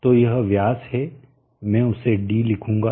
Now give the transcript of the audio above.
तो यह व्यास है मैं उसे d लिखूंगा